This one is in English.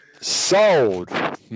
Sold